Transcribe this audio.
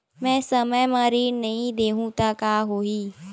मैं समय म ऋण नहीं देहु त का होही